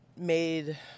Made